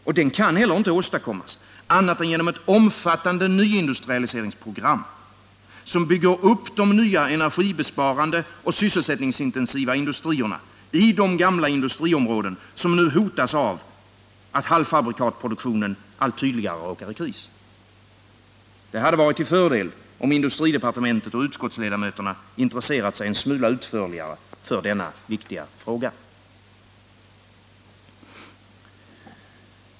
Och den kan heller inte åstadkommas annat än genom ett omfattande nyindustrialiseringsprogram, som bygger upp de nya energibesparande och sysselsättningsintensiva industrierna i de gamla industriområdena som nu hotas av att halvfabrikatproduktionen allt tydligare råkar i kris. Det hade varit till fördel om industridepartementet och utskottsledamöterna hade intresserat sig en smula utförligare för denna viktiga fråga.